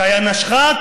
קאיה נשכה,